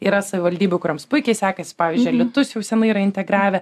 yra savivaldybių kurioms puikiai sekasi pavyzdžiui alytus jau senai yra integravę